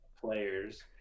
players